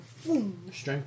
Strength